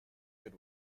good